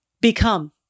become